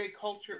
culture